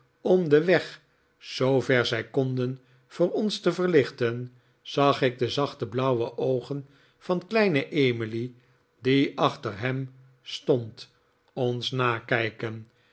cm den weg zoo ver zij konden voor ons te verlichten zag ik de zachte blauwe oogen van kleine emily die achter ham stond ons nakijken